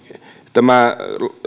tämä